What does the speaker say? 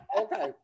Okay